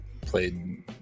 played